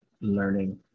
learning